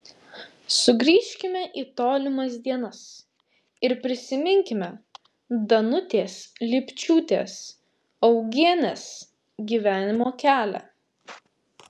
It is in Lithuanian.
sugrįžkime į tolimas dienas ir prisiminkime danutės lipčiūtės augienės gyvenimo kelią